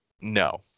No